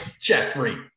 Jeffrey